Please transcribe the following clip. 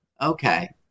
okay